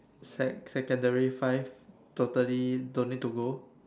sec~ secondary five totally don't need to go